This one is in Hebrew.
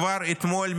כבר אתמול,